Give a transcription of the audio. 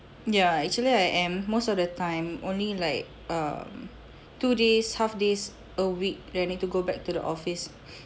ya actually I am most of the time only like err two days half days a week then need to go back to the office